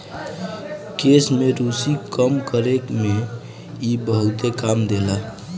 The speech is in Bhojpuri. केश में रुसी कम करे में इ बहुते काम देला